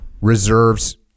Reserves